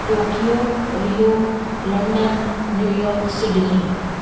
Tokyo rio London New York Sydney